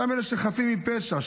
אותם אלה שחפים מפשע,